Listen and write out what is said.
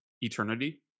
eternity